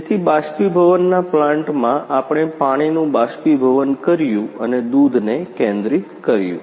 તેથી બાષ્પીભવનના પ્લાન્ટમાં આપણે પાણીનું બાષ્પીભવન કર્યું અને દૂધને કેન્દ્રિત કર્યું